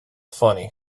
funny